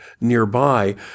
nearby